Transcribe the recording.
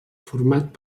format